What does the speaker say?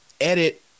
Edit